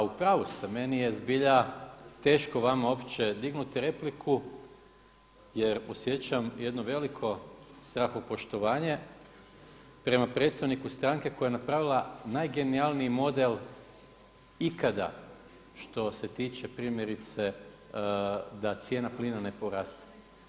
A u pravu ste, meni je zbilja teško vama uopće dignut repliku jer osjećam jedno veliko strahopoštovanje prema predstavniku stranke koja je napravila najgenijalniji model ikada što se tiče primjerice da cijena plina ne poraste.